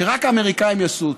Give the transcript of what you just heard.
שרק האמריקנים יעשו אותו,